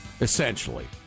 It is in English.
essentially